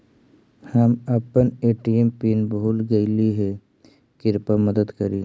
हम अपन ATM pin भूल गईली हे, कृपया मदद करी